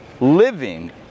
Living